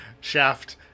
Shaft